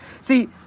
See